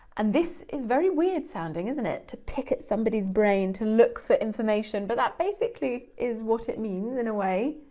and this is very weird sounding, isn't it? to pick at somebody's brain, to look for information, but that basically is what it means, in a way.